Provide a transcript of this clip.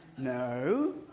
No